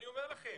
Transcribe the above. אני אומר לכם